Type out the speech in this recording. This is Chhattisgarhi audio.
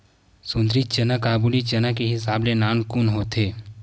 सुंदरी चना काबुली चना के हिसाब ले नानकुन होथे